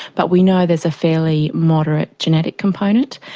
but we know there is a fairly moderate genetic component.